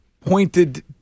pointed